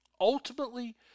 Ultimately